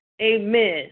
Amen